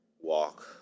walk